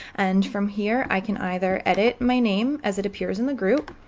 and from here i can either edit my name as it appears in the group,